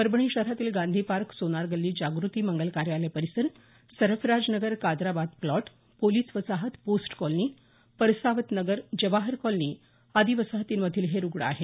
परभणी शहरातील गांधी पार्क सोनार गल्ली जागृती मंगल कार्यालय परिसर सरफराज नगर काद्राबाद प्लॉट पोलीस वसाहत post colony Parsawat Nagar Jawahar colony आदीं वसाहतीमधील हे रुग्ण आहेत